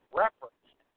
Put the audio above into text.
referenced